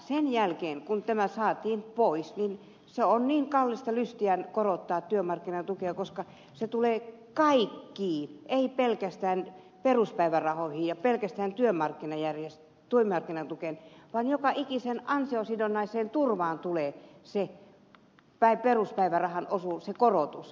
sen jälkeen kun tämä saatiin pois on ollut todella kallista lystiä korottaa työmarkkinatukea koska se korotus tulee kaikkiin ei pelkästään peruspäivärahoihin ja pelkästään työmarkkinatukeen vaan joka ikiseen ansiosidonnaiseen turvaan tulee se peruspäivärahan osuus ja korotus